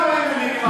גם היינו נראים אחרת.